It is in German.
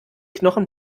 knochen